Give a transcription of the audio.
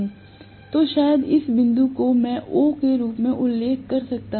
तो शायद इस बिंदु को मैं O के रूप में उल्लेख कर सकता हूं